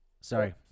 Sorry